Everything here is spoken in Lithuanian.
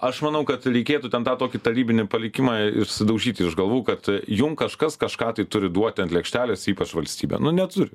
aš manau kad reikėtų ten tą tokį tarybinį palikimą išsidaužyti iš galvų kad jum kažkas kažką tai turi duoti ant lėkštelės ypač valstybė neturi